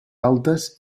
altes